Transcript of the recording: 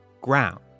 ground